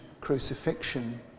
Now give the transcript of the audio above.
crucifixion